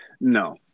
No